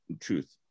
truth